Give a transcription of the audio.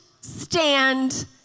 stand